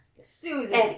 Susan